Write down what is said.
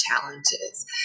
challenges